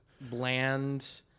bland